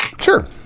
Sure